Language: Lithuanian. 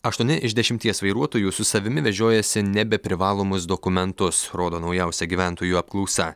aštuoni iš dešimties vairuotojų su savimi vežiojasi nebeprivalomus dokumentus rodo naujausia gyventojų apklausa